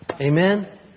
Amen